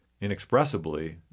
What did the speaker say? Inexpressibly